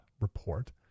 report